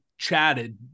chatted